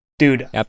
Dude